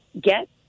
get